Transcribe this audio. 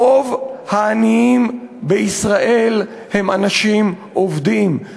רוב העניים בישראל הם אנשים עובדים,